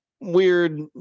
weird